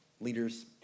Leaders